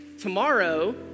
tomorrow